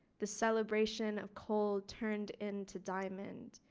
the celebration of coal turned into diamond.